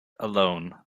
alone